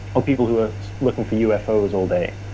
or people who are looking for ufos all day,